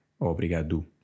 Obrigado